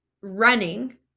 running